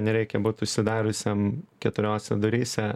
nereikia būt užsidariusiam keturiose duryse